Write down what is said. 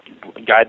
guide